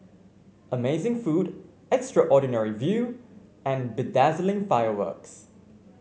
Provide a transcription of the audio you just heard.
amazing food extraordinary view and bedazzling fireworks